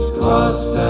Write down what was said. trust